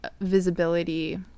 visibility